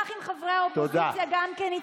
ובכן, רבותיי, נגד, 42, בעד, 54. ההצעה עברה.